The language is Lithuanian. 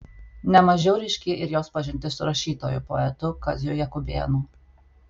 ne mažiau ryški ir jos pažintis su rašytoju poetu kaziu jakubėnu